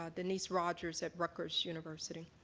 denise rodgers, at rutgers university.